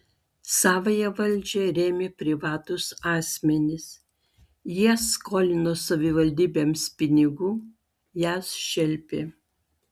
savąją valdžią rėmė privatūs asmenys jie skolino savivaldybėms pinigų jas šelpė